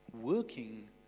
working